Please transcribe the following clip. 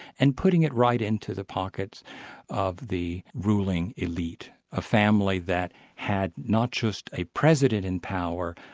and putting it right into the pockets of the ruling elite, a family that had not just a president in power,